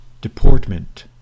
deportment